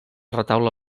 retaule